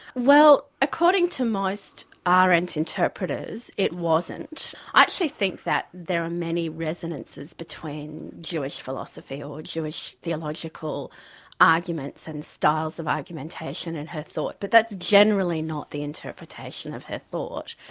well according to most ah arendt interpreters it wasn't. i actually think that there are many resonances between jewish philosophy or jewish theological arguments and styles of argumentation and her thought. but that's generally not the interpretation of her thought.